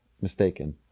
mistaken